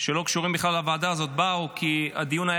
שלא קשורים בכלל לוועדה הזאת באו כי הדיון היה